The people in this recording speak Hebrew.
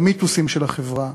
במיתוסים של החברה,